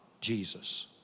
Jesus